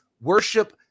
worship